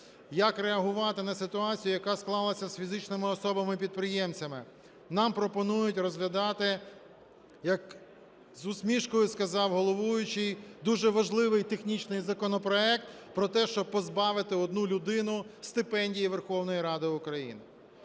як реагувати на ситуацію, яка склалася з фізичними особами-підприємцями. Нам пропонують розглядати, як з усмішкою сказав головуючий, дуже важливий технічний законопроект про те, щоб позбавити одну людину стипендії Верховної Ради України.